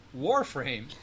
warframe